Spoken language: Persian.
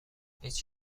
هیچ